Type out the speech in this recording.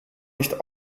nicht